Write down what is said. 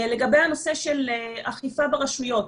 לגבי הנושא של אכיפה ברשויות.